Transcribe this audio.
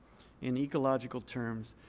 in ecological terms,